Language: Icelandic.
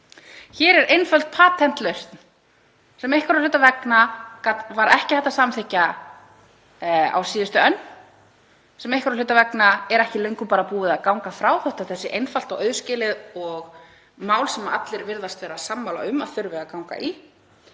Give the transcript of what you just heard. Hér er einföld patentlausn sem einhverra hluta vegna var ekki hægt að samþykkja á síðustu önn, sem einhverra hluta vegna er ekki löngu búið að ganga frá þótt þetta sé einfalt og auðskilið mál sem allir virðast vera sammála um að þurfi að ganga í.